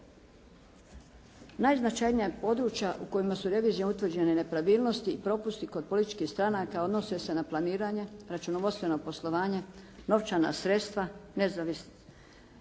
Najznačajnija područja u kojima su revizije utvrđene nepravilnosti i propusti kod političkih stranaka odnose se na planiranje, računovodstveno poslovanje, novčana sredstva, stjecanje